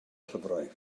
llyfrau